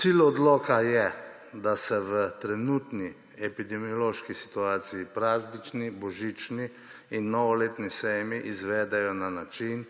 Cilj odloka je, da se v trenutni epidemiološki situaciji praznični, božični in novoletni sejmi izvedejo na način